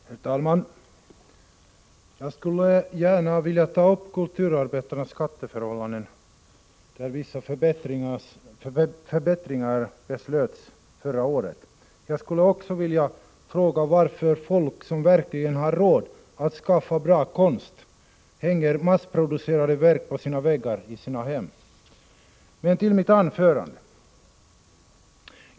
Herr talman! Jag skulle gärna vilja ta upp kulturarbetarnas skatteförhållanden, där vissa förbättringar beslöts förra året. Jag skulle också vilja fråga varför folk som verkligen har råd att skaffa bra konst hänger massproducerade verk på väggarna i sina hem. Men nu till mitt anförande.